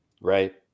Right